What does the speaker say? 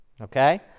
okay